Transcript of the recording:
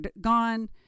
gone